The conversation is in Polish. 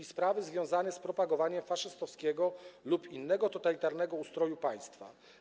To sprawy związane z propagowaniem faszystowskiego lub innego totalitarnego ustroju państwa.